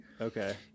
Okay